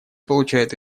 получают